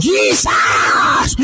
Jesus